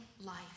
life